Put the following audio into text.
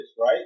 Right